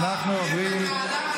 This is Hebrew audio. הביתה,